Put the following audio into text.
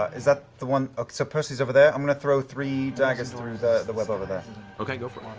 is that the one so percy's over there? i'm going to throw three daggers through the the web over there. matt okay, go for it.